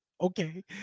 okay